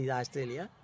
Australia